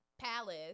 palace